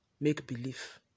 make-believe